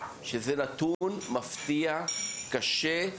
שזה נתון מפתיע, קשה,